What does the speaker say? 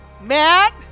Matt